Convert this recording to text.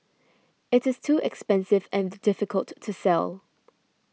it is too expensive and difficult to sell